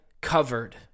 covered